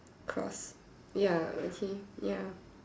cross ya okay ya